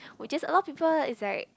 which is a lot people is like